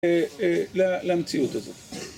למציאות הזאת.